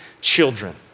children